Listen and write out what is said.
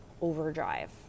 overdrive